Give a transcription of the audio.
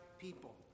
people